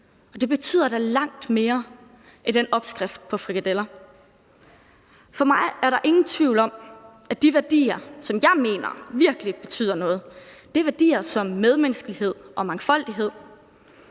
Det betyder da langt mere end den opskrift på frikadeller. For mig er der ingen tvivl om, at de værdier, som jeg mener virkelig betyder noget, er værdier som medmenneskelighed og mangfoldighed;